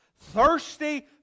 thirsty